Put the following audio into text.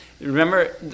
Remember